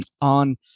on